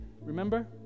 Remember